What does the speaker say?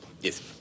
Yes